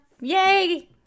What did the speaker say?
yay